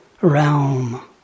realm